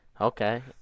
okay